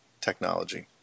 technology